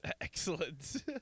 Excellent